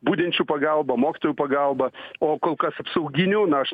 budinčių pagalba mokytojų pagalba o kol kas apsauginių na aš